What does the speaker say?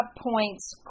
points